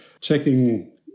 checking